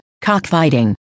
cockfighting